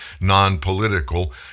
non-political